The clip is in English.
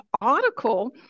article